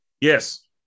Yes